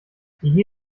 die